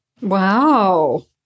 Wow